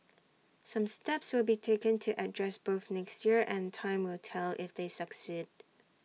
some steps will be taken to address both next year and time will tell if they succeed